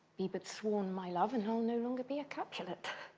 be but sworn my love, and i'll no longer be a capulet.